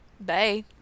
Bye